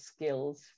skills